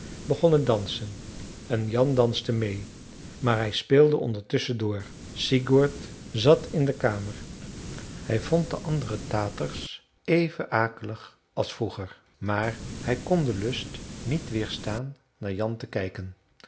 het dansen en jan danste meê maar hij speelde ondertusschen door sigurd zat in de kamer hij vond de andere taters even akelig als vroeger maar hij kon den lust niet weerstaan naar jan te kijken